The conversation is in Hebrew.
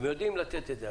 הם יודעים לתת את זה.